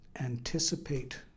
anticipate